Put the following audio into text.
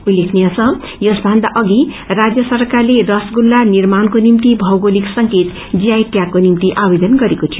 उत्लेखनीय छ यसभन्दा अघि रान् सरकारले रसगुल्ला निर्माण्को निम्नि भौगोलिक संकेत को निम्नि आवेदन गरेको थियो